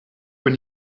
when